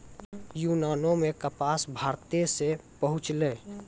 यूनानो मे कपास भारते से पहुँचलै